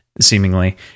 seemingly